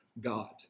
God